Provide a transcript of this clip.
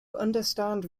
understand